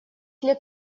лет